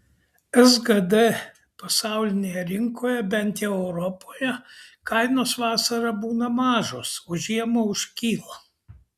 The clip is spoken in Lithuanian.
sgd pasaulinėje rinkoje bent jau europoje kainos vasarą būna mažos o žiemą užkyla